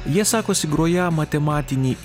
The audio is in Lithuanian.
jie sakosi groją matematinį